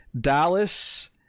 Dallas